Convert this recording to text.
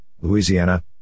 Louisiana